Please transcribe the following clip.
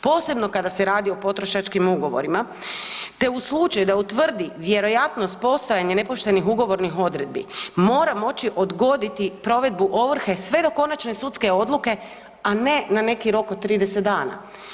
Posebno kada se radi o potrošačkim ugovorima te u slučaju da utvrdi vjerojatnost postojanja nepoštenih ugovornih odredbi, mora moći odgoditi provedbu ovrhe sve do konačne sudske odluke, a ne na neki rok od 30 dana.